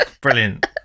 Brilliant